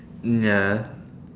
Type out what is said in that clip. ya